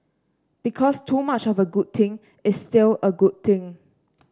because too much of a good thing is still a good thing